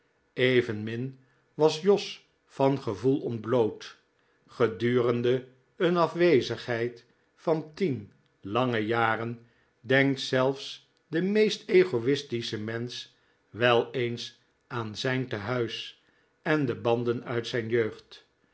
evenmin was jos van gevoel ontbloot gedurende een afwezigheid van tien lange jaren denkt zelfs de meest egoistische mensch wel eens aan zijn tehuis en de banden uit zijn jeugd